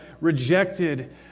rejected